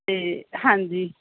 ਅਤੇ ਹਾਂਜੀ